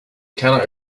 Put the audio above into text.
cannot